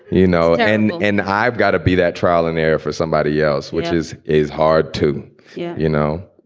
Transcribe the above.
you know, and and i've got to be that trial and error for somebody else, which is is hard to yeah you know,